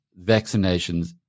vaccinations